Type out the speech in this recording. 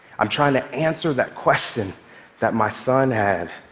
i'm trying to answer that question that my son had.